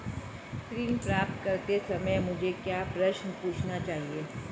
ऋण प्राप्त करते समय मुझे क्या प्रश्न पूछने चाहिए?